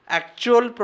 actual